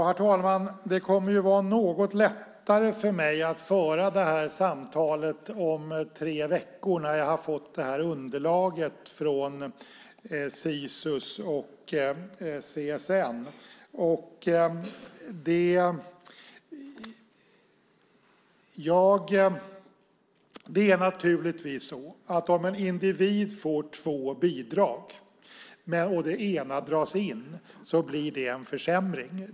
Herr talman! Det kommer att vara något lättare för mig att föra detta samtal om tre veckor när jag har fått underlaget från Sisus och CSN. Det är naturligtvis så att om en individ får två bidrag och det ena dras in så blir det en försämring.